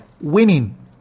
winning